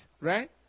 right